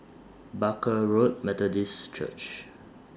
Barker Road Methodist Church